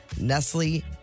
Nestle